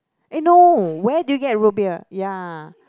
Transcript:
eh no where did you get root beer ya